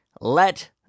let